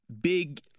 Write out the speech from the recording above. big